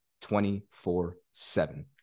24-7